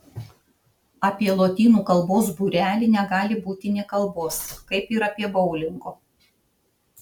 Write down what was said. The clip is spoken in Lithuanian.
apie lotynų kalbos būrelį negali būti nė kalbos kaip ir apie boulingo